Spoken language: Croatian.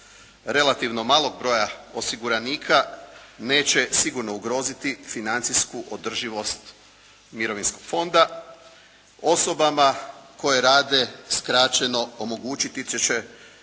relativno malog broja osiguranika neće sigurno ugroziti financijsku održivost mirovinskog fonda osobama koje rade skraćeno omogućiti će da